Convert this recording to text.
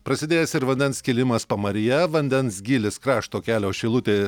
prasidėjęs ir vandens kilimas pamaryje vandens gylis krašto kelio šilutė